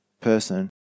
person